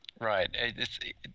right